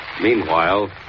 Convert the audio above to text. Meanwhile